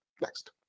Next